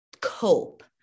cope